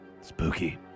Spooky